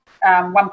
one